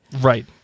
right